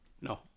No